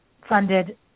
funded